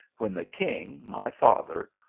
when the king, my father,